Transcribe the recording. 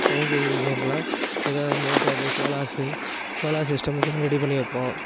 science எக்சிபிஷன்லாம் இது motor solars solar system இதெல்லாம் ரெடி பண்ணி வைப்போம்